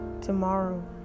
tomorrow